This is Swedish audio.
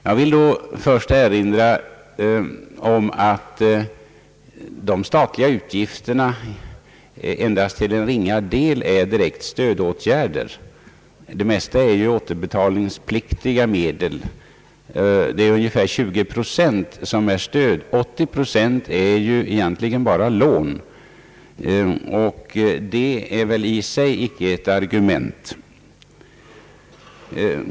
Jag vill erinra om att de statliga utgifterna endast till en ringa del har formen av direkta stödåtgärder. Det mesta är återbetalningspliktiga medel. Ungefär 20 procent har formen av stöd, medan 80 procent egentligen bara är lån. De ökade statsutgifterna är därför i och för sig icke ett argument.